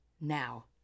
now